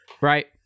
right